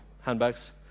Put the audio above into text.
handbags